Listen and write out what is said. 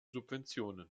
subventionen